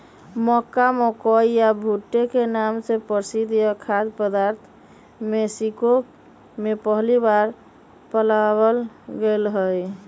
मक्का, मकई या भुट्टे के नाम से प्रसिद्ध यह खाद्य पदार्थ मेक्सिको में पहली बार पावाल गयले हल